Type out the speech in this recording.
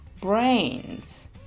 brains